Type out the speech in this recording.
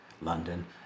London